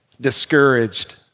discouraged